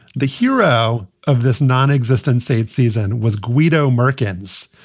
the hero of this non-existent sayd season was guido merkins.